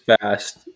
fast